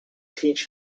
teach